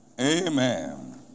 Amen